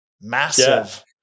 massive